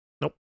Nope